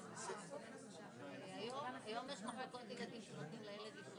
לבצע מבחני כשירות ולא יוכלו לתת תעודות.